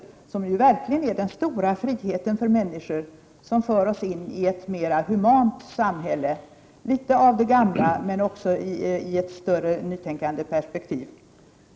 Det innebär verkligen den stora friheten för människor och för oss in i ett mer humant samhälle med litet av det gamla men också i ett större nytänkande perspektiv.